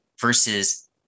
versus